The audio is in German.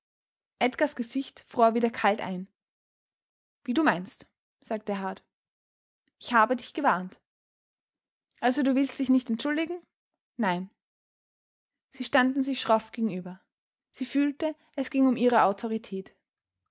edgars gesicht fror wieder kalt ein wie du meinst sagte er hart ich habe dich gewarnt also du willst dich nicht entschuldigen nein sie standen sich schroff gegenüber sie fühlte es ging um ihre autorität